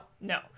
no